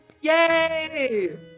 Yay